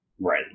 Right